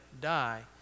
die